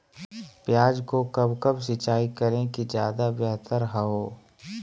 प्याज को कब कब सिंचाई करे कि ज्यादा व्यहतर हहो?